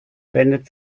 wendet